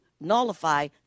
nullify